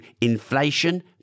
inflation